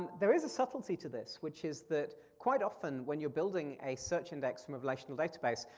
there is a subtlety to this, which is that quite often, when you're building a search index from a relational database,